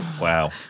Wow